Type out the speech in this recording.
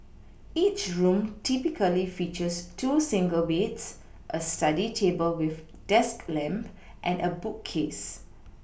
each room typically features two single beds a study table with desk lamp and a bookcase